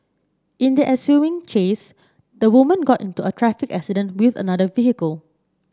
in the ensuing chase the woman got into a traffic accident with another vehicle